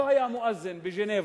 לא היה מואזן בז'נבה,